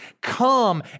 Come